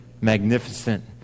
Magnificent